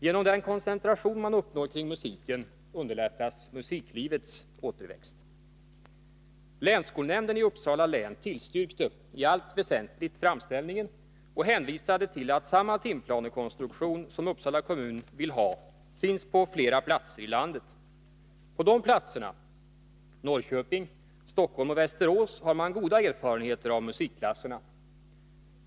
Genom den koncentration man uppnår kring musiken underlättas återväxten inom musiklivet. Länsskolnämnden i Uppsala län tillstyrkte i allt väsentligt framställningen och hänvisade till att samma timplanekonstruktion som Uppsala kommun vill ha finns på flera platser i landet. På de platserna — Norrköping, Stockholm och Västerås — har man goda erfarenheter av musikklasserna.